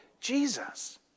Jesus